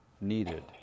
needed